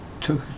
took